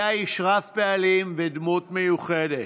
היה איש רב-פעלים ודמות מיוחדת,